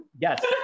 Yes